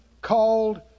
called